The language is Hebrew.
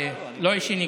לא אישי נגדך.